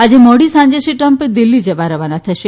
આજે મોડી સાંજે શ્રી ટ્રમ્પ દિલ્હી જવા રવાના થશે